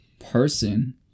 person